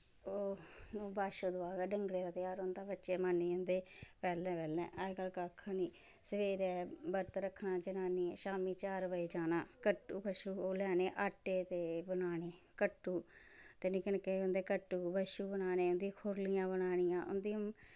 ओह् बच्छ दुआ गै डंगरें दा त्यहार होंदा बिच्च बनाए जंदे पैह्लें पैह्लें अज्जकल कक्ख निं सवेरै बरत रक्खना जनानियें शाम्मी चार बजे जाना कट्टु बच्छु ओह् लैने आटे दे बनाने कट्टु ते निक्के निक्के उन्दे कट्टु बच्छु बनाने उं'दी खुरलियां बनानियां उंदियां